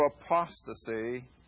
apostasy